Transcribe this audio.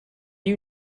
you